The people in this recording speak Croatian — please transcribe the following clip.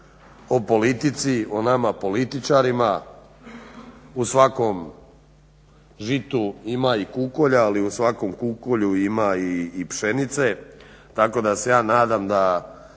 o politici, o nama političarima. U svakom žitu ima i kukolja, ali u svakom kukolju ima i pšenice. Tako da se ja nadam da